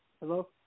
Hello